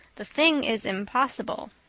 the thing is impossible.